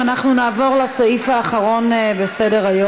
סליחה,